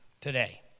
today